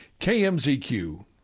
KMZQ